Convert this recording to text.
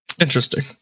Interesting